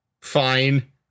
fine